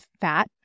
fat